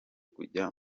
kujya